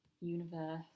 universe